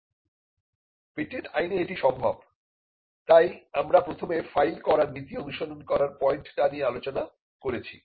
patent আইনে এটি সম্ভব তাই আমরা প্রথমে ফাইল করার নীতি অনুসরণ করার পয়েন্ট টা নিয়ে আলোচনা করেছি